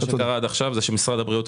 אני